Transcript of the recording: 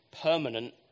permanent